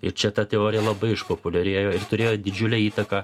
ir čia ta teorija labai išpopuliarėjo ir turėjo didžiulę įtaką